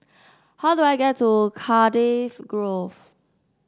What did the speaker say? how do I get to Cardifi Grove